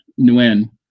Nguyen